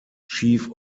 chief